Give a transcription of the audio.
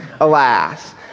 alas